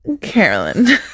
Carolyn